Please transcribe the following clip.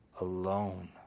alone